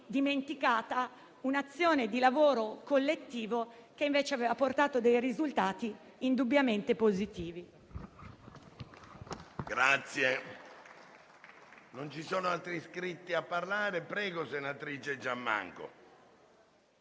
dimenticata un'azione di lavoro collettivo che invece aveva portato a dei risultati indubbiamente positivi.